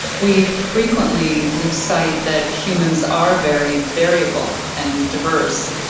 we frequently lose sight that humans are very variable and diverse,